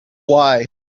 why